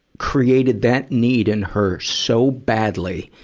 created that need in her so badly,